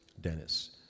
Dennis